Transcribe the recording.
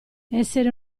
essere